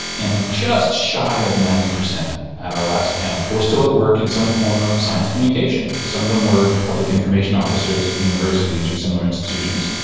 and just shy of ninety percent at our last count were still at work in some form of science communication. some of them were public information officers at universities or similar intuitions.